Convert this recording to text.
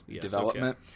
development